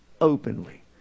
openly